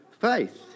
faith